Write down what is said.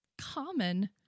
common